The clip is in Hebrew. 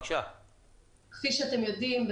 כפי שאתם יודעים,